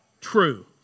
True